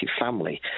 family